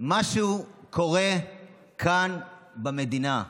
משהו קורה כאן במדינה.